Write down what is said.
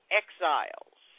exiles